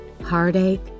heartache